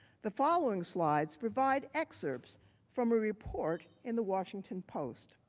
the following slides provide excerpts from a report in the washington post.